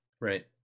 Right